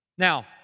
Now